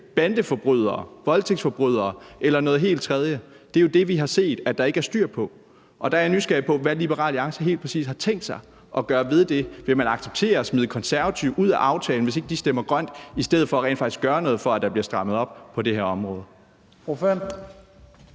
bandeforbrydere, voldtægtsforbrydere eller noget helt tredje. Det er jo det, vi har set at der ikke er styr på. Der er jeg nysgerrig på, hvad Liberal Alliance helt præcis har tænkt sig gøre ved det. Vil man acceptere at smide Konservative ud af aftalen, hvis ikke de stemmer grønt, i stedet for rent faktisk at gøre noget for, at der bliver strammet op på det her område?